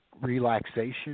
relaxation